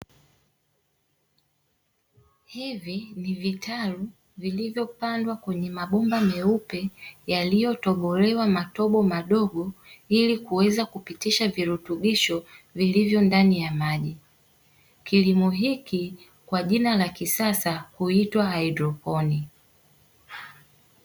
Hivi ni vitalu vilivyopandwa kwenye mabomba meupe yaliyotobolewa matobo madogo ili kuweza kupitisha virutubisho vilivyo ndani ya maji. Kilimo hiki kwa jina la kisasa huitwa haidroponi.